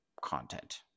content